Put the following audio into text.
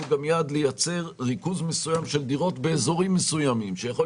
גם יעד לייצר ריכוז מסוים של דירות באזורים מסוימים שיכול